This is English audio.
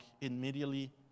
Immediately